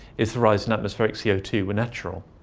if the rise in atmospheric c o two were natural.